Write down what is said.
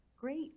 great